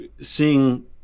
seeing